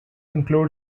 include